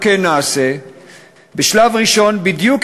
אדוני ראש הממשלה,